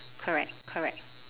correct correct